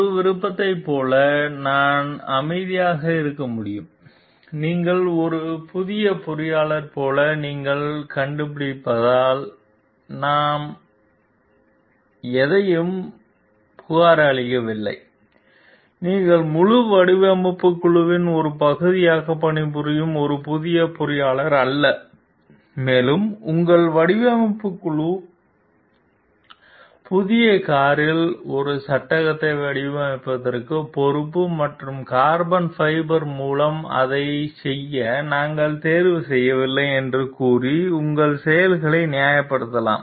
ஒரு விருப்பத்தைப் போல நான் அமைதியாக இருக்க முடியும் நீங்கள் ஒரு புதிய பொறியாளர் போல நீங்கள் கண்டுபிடிப்பதால் நான் எதையும் புகாரளிக்கவில்லை நீங்கள் முழு வடிவமைப்பு குழுவின் ஒரு பகுதியாக பணிபுரியும் ஒரு புதிய பொறியாளர் அல்ல மேலும் உங்கள் வடிவமைப்பு குழு புதிய காரின் ஒரு சட்டகத்தை வடிவமைப்பதற்கு பொறுப்பு மற்றும் கார்பன் ஃபைபர் மூலம் அதைச் செய்ய நாங்கள் தேர்வு செய்யவில்லை என்று கூறி உங்கள் செயல்களை நியாயப்படுத்தலாம்